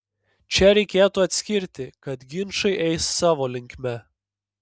čia reikėtų atskirti kad ginčai eis savo linkme